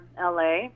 la